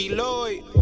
Lloyd